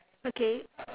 okay